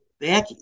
back